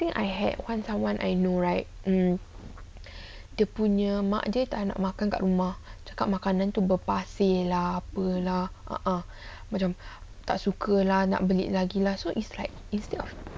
think I had one someone I know right um dia punya mak dia tak nak makan kat rumah cakap makanan tu berpasir lah apalah a'ah macam tak suka kalau anak balik lagi so it's like instead of